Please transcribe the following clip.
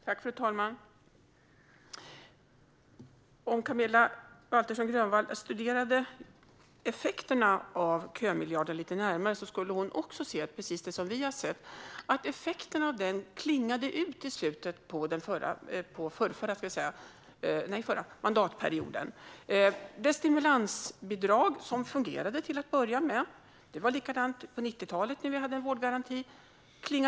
Fru talman! Om Camilla Waltersson Grönvall studerade effekterna av kömiljarden lite närmare skulle hon se precis det vi har sett, nämligen att effekten av den klingade ut i slutet av den förra mandatperioden. Effekten av det stimulansbidrag som till att börja med fungerade klingade så småningom ut. Det var likadant på 90-talet när vi hade en vårdgaranti.